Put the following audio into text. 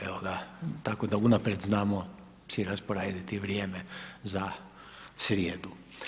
Evo ga, tako da unaprijed znamo si rasporediti vrijeme za srijedu.